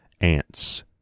ants